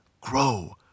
grow